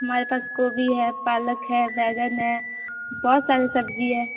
हमारे पास गोभी है पालक है बैंगन है बहुत सारी सब्ज़ी है